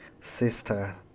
sister